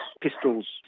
pistols